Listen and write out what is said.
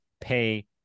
pay